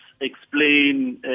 explain